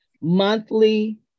monthly